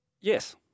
yes